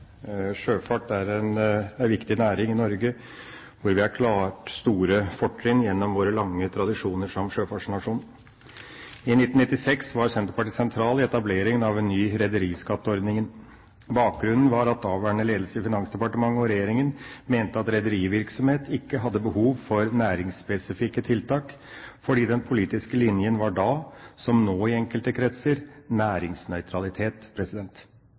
Sjøfart er en viktig næring i Norge, hvor vi klart har store fortrinn gjennom våre lange tradisjoner som sjøfartsnasjon. I 1996 var Senterpartiet sentral i etableringa av en ny rederiskatteordning. Bakgrunnen var at daværende ledelse i Finansdepartementet og regjeringa mente at rederivirksomhet ikke hadde behov for næringsspesifikke tiltak, fordi den politiske linja da – som nå i enkelte kretser – var næringsnøytralitet.